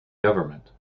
government